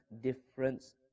difference